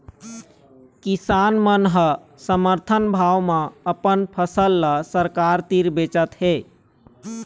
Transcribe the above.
किसान मन ह समरथन भाव म अपन फसल ल सरकार तीर बेचत हे